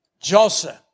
Joseph